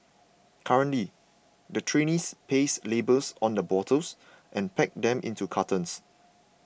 currently the trainees paste labels on the bottles and pack them into cartons